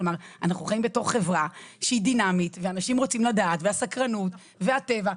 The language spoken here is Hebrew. אנחנו חיים בתוך חברה שהיא דינמית ואנשים רוצים לדעת והסקרנות והטבע,